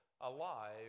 alive